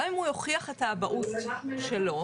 גם אם הוא יוכיח את האבהות שלו,